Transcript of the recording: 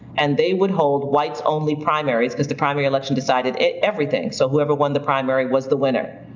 and they would hold whites only primaries because the primary election decided everything. so whoever won the primary was the winner.